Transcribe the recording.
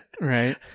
Right